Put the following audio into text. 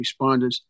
responders